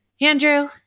Andrew